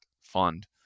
fund